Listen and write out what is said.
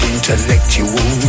Intellectual